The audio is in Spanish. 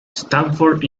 stanford